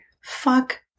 fuck